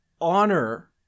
honor